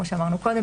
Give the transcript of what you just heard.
כמו שאמרנו קודם,